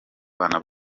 abana